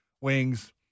Wings